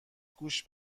گوش